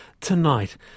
tonight